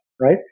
right